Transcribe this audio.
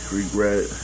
regret